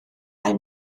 mae